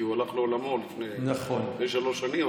כי הוא הלך לעולמו לפני שלוש שנים,